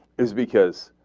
is because